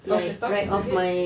off the top of your head